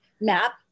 map